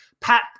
Pat